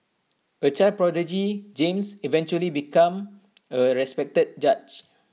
A child prodigy James eventually become A respected judge